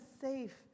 safe